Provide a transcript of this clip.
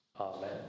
Amen